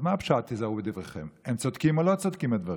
אני רוצה לציין,